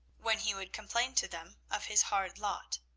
when he would complain to them of his hard lot.